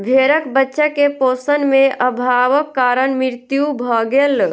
भेड़क बच्चा के पोषण में अभावक कारण मृत्यु भ गेल